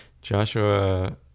Joshua